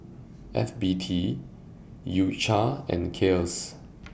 F B T U Cha and Kiehl's